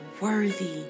worthy